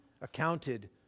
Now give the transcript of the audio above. accounted